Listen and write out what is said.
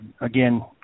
Again